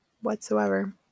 Whatsoever